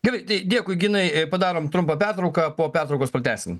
gerai tai dėkui ginai padarom trumpą pertrauką po pertraukos pratęsim